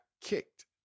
kicked